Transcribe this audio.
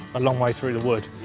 a long way through the wood.